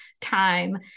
time